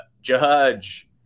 Judge